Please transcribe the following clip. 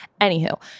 Anywho